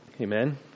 Amen